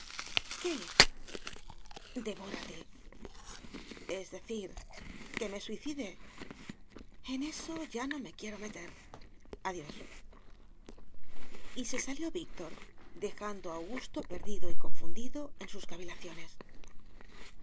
pensar qué devórate es decir que me suicide en eso ya no me quiero meter adiós y se salió víctor dejando a augusto perdido y confundido en sus cavilaciones